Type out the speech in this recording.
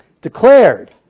declared